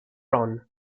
ron